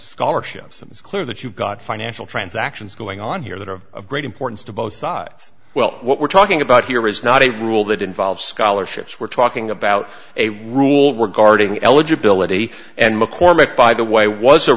scholarships and it's clear that you've got financial transactions going on here that are of great importance to both sides well what we're talking about here is not a rule that involves scholarships we're talking about a rule regarding eligibility and mccormack by the way was a